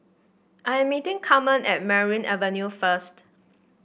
I am meeting Carmen at Merryn Avenue first